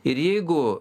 ir jeigu